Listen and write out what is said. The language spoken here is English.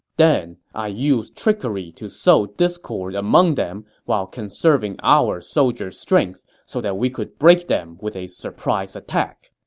then, i used trickery to sow discord among them while conserving our soldiers' strength so that we could break them with a surprise attack.